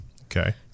Okay